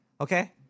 Okay